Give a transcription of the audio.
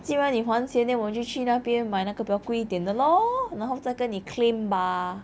既然你还那我们就去那边 or bequeathed in the law and a half 再跟你 claim 吧